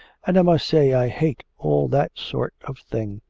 and i must say i hate all that sort of thing.